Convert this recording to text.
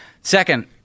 Second